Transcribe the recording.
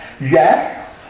Yes